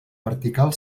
vertical